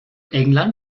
england